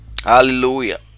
Hallelujah